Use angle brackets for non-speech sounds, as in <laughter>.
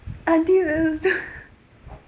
until I was <laughs>